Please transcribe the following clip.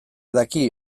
daki